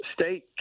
State